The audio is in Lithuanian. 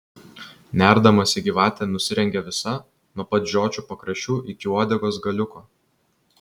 nerdamasi gyvatė nusirengia visa nuo pat žiočių pakraščių iki uodegos galiuko